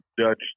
Dutch